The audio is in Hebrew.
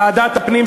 ועדת הפנים,